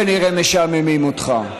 גם הם כנראה משעממים אותך.